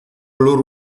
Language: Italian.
allora